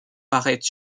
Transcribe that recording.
paraître